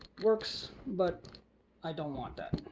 works but i don't want that.